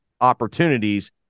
opportunities